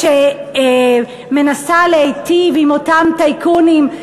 שמנסה להיטיב עם אותם טייקונים,